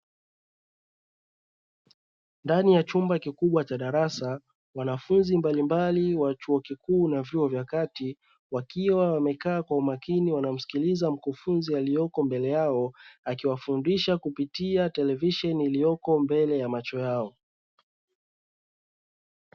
Ndani ya chumba kikubwa cha darasa wanafunzi mbalimbali wa vyuo vikuu na kati wakiwa wamekaa kwa umakini wakimsikiliza mkufunzi aliyoko mbele yao akiwafundisha kupitia televisheni iliyopo mbele ya macho yao.